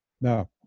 Now